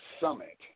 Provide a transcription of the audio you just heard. Summit